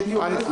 בדיוק.